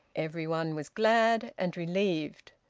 every one was glad and relieved,